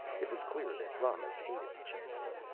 it was clear that romis hated the chancellor.